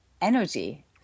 energy